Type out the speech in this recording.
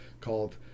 called